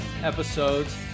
episodes